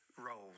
roles